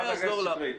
חברת הכנסת שטרית.